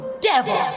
devil